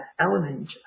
element